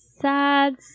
Sad